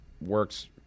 works